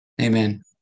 Amen